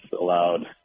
allowed